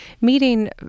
meeting